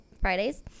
Fridays